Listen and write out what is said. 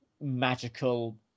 magical